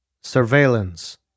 Surveillance